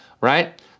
right